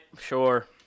Sure